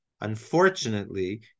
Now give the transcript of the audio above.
Unfortunately